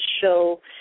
show